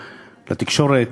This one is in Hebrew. לתקשורת,